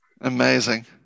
Amazing